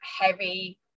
heavy